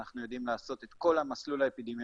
אנחנו יודעים לעשות את כל המסלול האפידמיולוגי